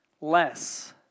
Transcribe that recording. less